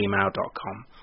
gmail.com